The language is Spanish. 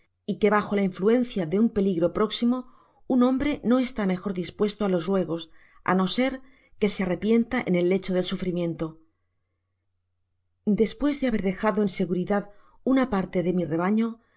y que bajo la influencia de un peligro próximo un hombre no está mejor dispuesto á los ruegos á no ser que se arrepienta en el lecho del sufrimiento no olvidé invocar á la divina providencia rogandole que me